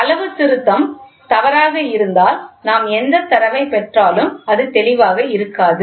அளவுத்திருத்தம் தவறாக இருந்தால் நாம் எந்த தரவைப் பெற்றாலும் அது தெளிவாக இருக்காது